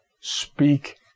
Speak